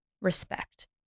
respect